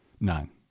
Nine